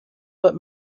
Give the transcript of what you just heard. but